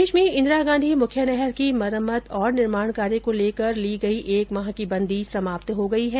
प्रदेश में इंदिरा गांधी मुख्य नहर की मरम्मत और निर्माण कार्य को लेकर ली गई एक माह की बंदी समाप्त हो गई है